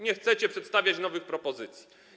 Nie chcecie przedstawiać nowych propozycji.